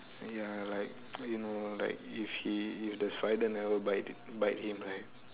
ya like you know like if he if the spider never bite bite him right